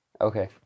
Okay